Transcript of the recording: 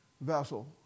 vessel